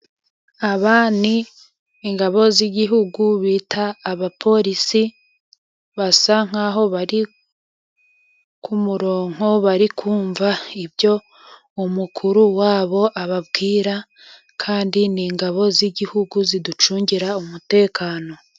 Aba ni ingabo z'igihugu bita abaporisi，basa nk’aho bari ku murongo，bari kumva ibyo umukuru wabo ababwira， kandi ni ingabo z'igihugu ziducungira umutekano.